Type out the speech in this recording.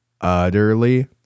utterly